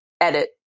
edit